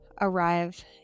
arrive